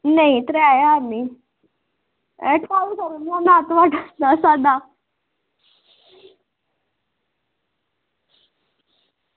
नेईं त्रै ज्हार निं एह् ढाई करी ओड़ने आं नेईं थुआढ़ा ते नेईं साड्ढा